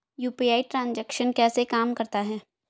UPI transaction कैसे काम करता है?